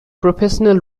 professional